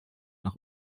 nach